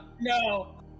No